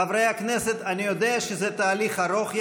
חברי הכנסת, אני יודע שזה תהליך ארוך יחסית,